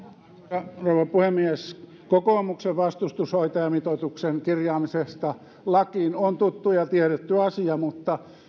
arvoisa rouva puhemies kokoomuksen vastustus hoitajamitoituksen kirjaamisesta lakiin on tuttu ja tiedetty asia mutta